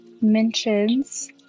mentions